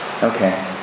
Okay